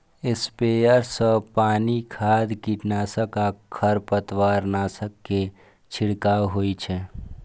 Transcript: sprayer सं पानि, खाद, कीटनाशक आ खरपतवारनाशक के छिड़काव होइ छै